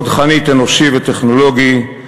חוד חנית אנושי וטכנולוגי,